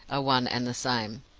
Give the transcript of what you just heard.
are one and the same.